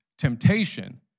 Temptation